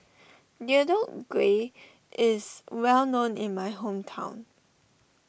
Deodeok Gui is well known in my hometown